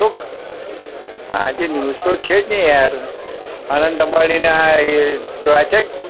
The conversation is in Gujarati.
શું આજે ન્યૂઝ તો છે જ ને યાર અનંત અંબાણીના એ વાંચ્યા